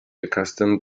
accustomed